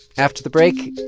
after the break,